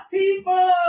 people